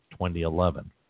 2011